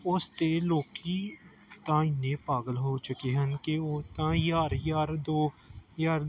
ਉਸ 'ਤੇ ਲੋਕ ਤਾਂ ਇੰਨੇ ਪਾਗਲ ਹੋ ਚੁੱਕੇ ਹਨ ਕਿ ਉਹ ਤਾਂ ਹਜ਼ਾਰ ਹਜ਼ਾਰ ਦੋ ਹਜ਼ਾਰ